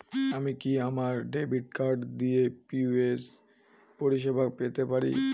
আমি কি আমার ডেবিট কার্ড দিয়ে পি.ও.এস পরিষেবা পেতে পারি?